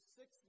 six